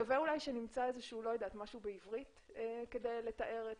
שווה שנמצא מונח בעברית כדי לתאר את